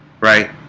right